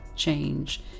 Change